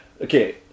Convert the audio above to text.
Okay